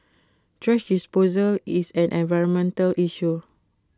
thrash disposal is an environmental issue